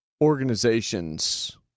organizations